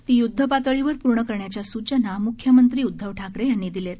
ती य्द्ध पातळीवर पूर्ण करण्याच्या स्चना मुख्यमंत्री उद्धव ठाकरे यांनी दिल्या आहेत